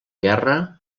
guerra